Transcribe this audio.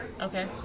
Okay